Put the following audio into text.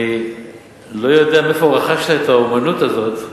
אני לא יודע מאיפה רכשת את האמנות הזאת,